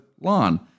lawn